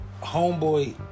Homeboy